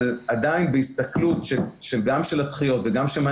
אבל עדיין בהסתכלות של גם של הדחיות וגם של מה